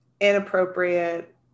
inappropriate